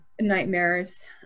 nightmares